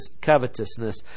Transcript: covetousness